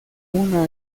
una